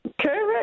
Correct